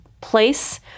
place